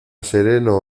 sereno